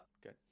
Good